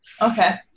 Okay